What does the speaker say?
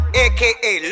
aka